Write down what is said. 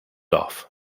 off